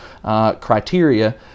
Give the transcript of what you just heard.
criteria